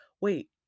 wait